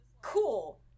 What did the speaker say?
cool